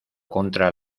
contra